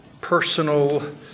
personal